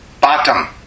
bottom